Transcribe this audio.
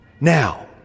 Now